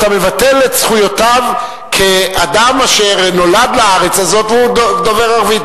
אתה מבטל את זכויותיו כאדם אשר נולד לארץ הזאת והוא דובר ערבית.